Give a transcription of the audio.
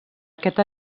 aquest